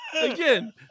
again